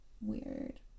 weird